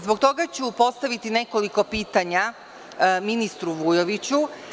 Zbog toga ću postaviti nekoliko pitanja ministru Vujoviću.